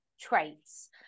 traits